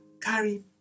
carry